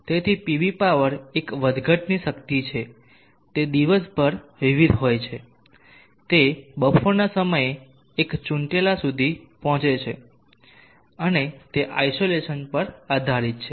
તેથી PV power એક વધઘટની શક્તિ છે તે દિવસભર વિવિધ હોય છે તે બપોરના સમયે એક ચૂંટેલા સુધી પહોંચે છે અને તે આઇસોલેસન પર આધારિત છે